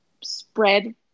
spread